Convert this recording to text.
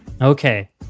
Okay